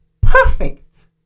perfect